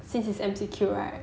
since it's M_C_Q right